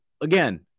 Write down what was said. again